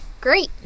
great